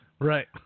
Right